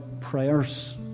prayers